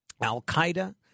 Al-Qaeda